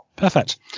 perfect